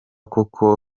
koko